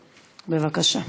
בבקשה.